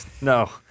No